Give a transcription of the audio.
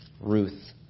Ruth